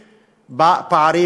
בפערים,